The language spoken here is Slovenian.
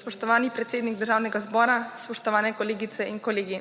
Spoštovani predsednik Državnega zbora, spoštovane kolegice in kolegi!